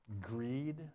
Greed